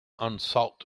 unsought